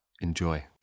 enjoy